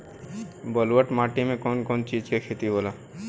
ब्लुअट माटी में कौन कौनचीज के खेती होला?